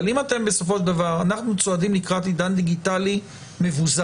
אבל בסופו של דבר אנחנו צועדים לקראת עידן דיגיטלי מבוזר,